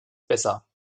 besser